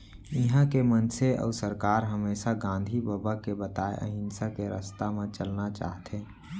इहॉं के मनसे अउ सरकार हमेसा गांधी बबा के बताए अहिंसा के रस्ता म चलना चाहथें